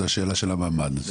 זה השאלה של המעמד.